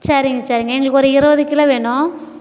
சரிங்க சரிங்க எங்களுக்கு ஒரு இருபது கிலோ வேணும்